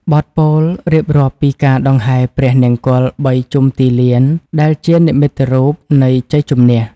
បទពោលរៀបរាប់ពីការដង្ហែព្រះនង្គ័លបីជុំទីលាន ដែលជានិមិត្តរូបនៃជ័យជំនះ។